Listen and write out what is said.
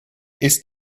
ist